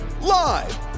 Live